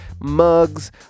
mugs